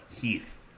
heath